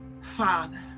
father